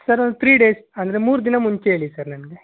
sir ಒಂದು three days ಅಂದರೆ ಮೂರು ದಿನ ಮುಂಚೆ ಹೇಳಿ ಸರ್ ನನಗೆ